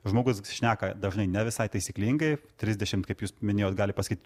žmogus šneka dažnai ne visai taisyklingai trisdešimt kaip jūs minėjot gali pasakyt